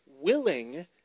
willing